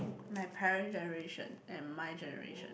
my parent generation and my generation